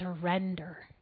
surrender